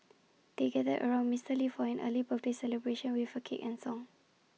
they gathered around Mister lee for an early birthday celebration with A cake and A song